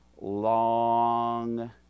long